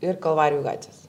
ir kalvarijų gatvės